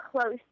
close